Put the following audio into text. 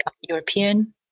european